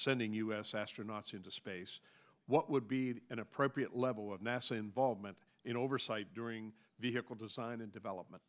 sending u s astronauts into space what would be an appropriate level of nasa involvement in oversight during vehicle design and development